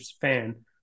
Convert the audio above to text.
fan